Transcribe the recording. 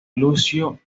lucio